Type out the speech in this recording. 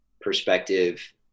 perspective